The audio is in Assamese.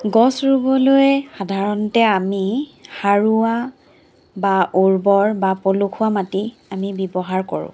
গছ ৰুবলৈ সাধাৰণতে আমি সাৰুৱা বা উৰ্বৰ বা পলসুৱা মাটি আমি ব্যৱহাৰ কৰোঁ